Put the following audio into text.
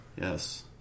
Yes